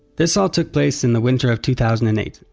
this all took place in the winter of two thousand and eight.